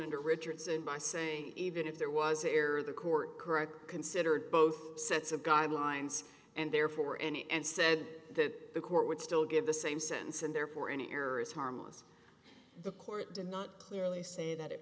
into richardson by saying even if there was air the court correct considered both sets of guidelines and therefore any and said that the court would still give the same sentence and therefore any error is harmless the court did not clearly say that it